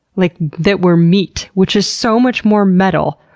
like that we're meat, which is so much more metal.